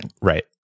Right